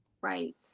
Right